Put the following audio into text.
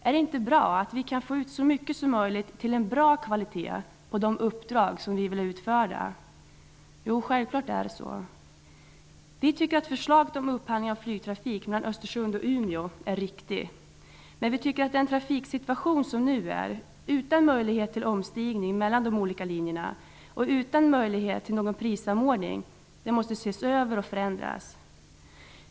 Är det inte bra att vi kan få ut så mycket som möjligt till bra kvalitet av de uppdrag som vi vill ha utförda? Självklart är det så! Vi tycker att förslaget om upphandling av flygtrafik mellan Östersund och Umeå är riktigt. Men vi tycker att den trafiksituation som nu råder, utan möjlighet till omstigning mellan de olika linjer och utan möjlighet till någon prissamordning, måste ses över och förändras.